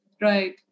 Right